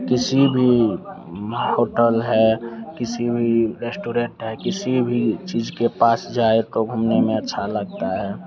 किसी भी होटल है किसी भी रेश्टोरेन्ट है किसी भी चीज़ के पास जाए तो घूमने में अच्छा लगता है